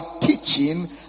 teaching